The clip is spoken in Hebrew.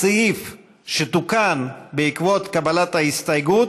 הסעיף שתוקן בעקבות קבלת ההסתייגויות,